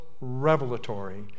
revelatory